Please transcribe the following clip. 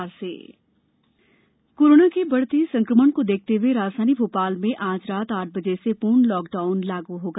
lockdown corona के बढ़ते संक्रमण को देखते हुए राजधानी भोपाल में आज रात आठ बजे से पूर्ण लॉकडाउन लागू होगा